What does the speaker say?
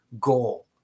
goal